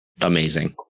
amazing